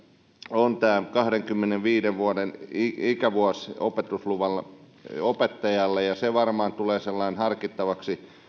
on tämä kahdenkymmenenviiden vuoden ikäraja opetusluvalla opettavalle se varmaan tulee harkittavaksi